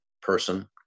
person